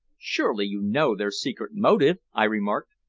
surely you know their secret motive? i remarked.